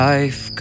Life